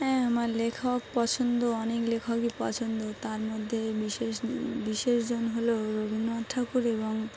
হ্যাঁ আমার লেখক পছন্দ অনেক লেখকই পছন্দ তার মধ্যে বিশেষ বিশেষজন হলো রবীন্দ্রনাথ ঠাকুর এবং